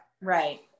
Right